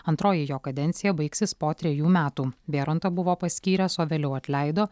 antroji jo kadencija baigsis po trejų metų bėrontą buvo paskyręs o vėliau atleido